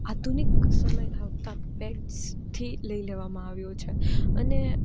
આધુનિક સમયથી આવતાં પેડસથી લઈ લેવામાં આવ્યો છે અને